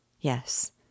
Yes